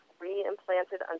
re-implanted